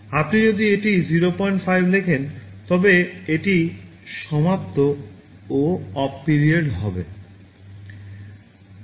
আপনি যদি এটি 05 হিসাবে লিখেন তবে এটি সমাপ্ত ও অফ পিরিয়ডের হবে